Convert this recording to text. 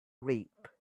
reap